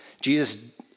Jesus